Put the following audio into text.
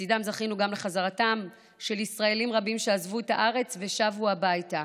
לצידם זכינו גם לחזרתם של ישראלים רבים שעזבו את הארץ ושבו הביתה.